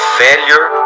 failure